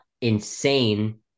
insane